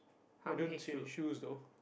I don't see any shoes though